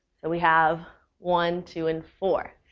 we have one, two, and four.